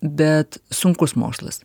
bet sunkus mokslas